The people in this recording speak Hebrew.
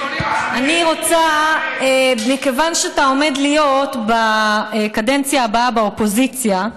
מכיוון שאתה עומד להיות בקדנציה הבאה באופוזיציה,